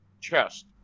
chest